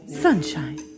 Sunshine